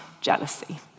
jealousy